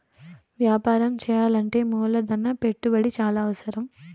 వ్యాపారం చేయాలంటే మూలధన పెట్టుబడి చాలా అవసరం